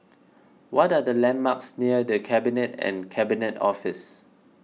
what are the landmarks near the Cabinet and Cabinet Office